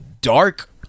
dark